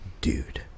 dude